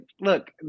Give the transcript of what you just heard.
Look